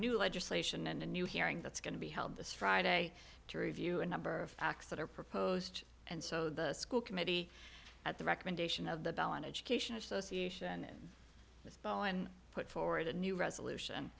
new legislation and a new hearing that's going to be held this friday to review a number of acts that are proposed and so the school committee at the recommendation of the bell and education association this fall and put forward a new resolution